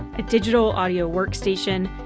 a digital audio workstation,